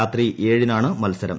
രാത്രി ഏഴിനാണ് മത്സരം